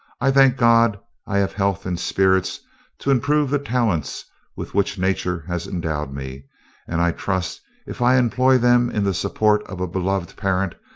i thank god, i have health and spirits to improve the talents with which nature has endowed me and i trust if i employ them in the support of beloved parent,